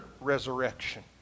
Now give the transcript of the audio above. resurrection